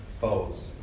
foes